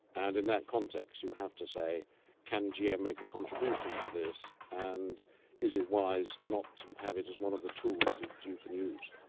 and in that context you have to say can gm make a contribution to this and is it wise not to have it as one of the tools that you can use.